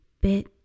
bit